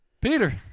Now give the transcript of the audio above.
Peter